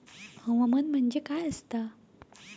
हवामान म्हणजे काय असता?